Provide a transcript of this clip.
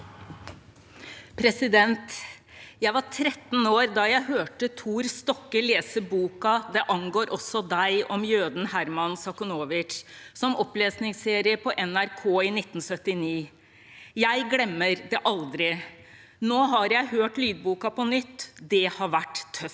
sa- ken): Jeg var 13 år da jeg hørte Tor Stokke lese boka «Det angår også deg», om jøden Herman Sachnowitz, som opplesningsserie på NRK i 1979. Jeg glemmer det aldri. Nå har jeg hørt lydboka på nytt. Det har vært tøft.